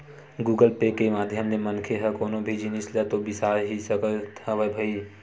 Google Pay के माधियम ले मनखे ह कोनो भी जिनिस ल तो बिसा ही सकत हवय भई